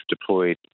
deployed